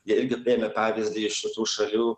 jie irgi priėmė pevyzdį iš šitų šalių